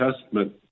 Testament